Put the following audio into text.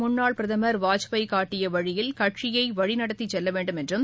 முன்னாள் பிரதமர் வாஜ்பாய் காட்டிய வழியில் கட்சியை வழிநடத்தி செல்ல மறைந்த வேண்டும் என்றும்